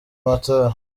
amatora